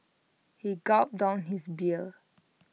he gulped down his beer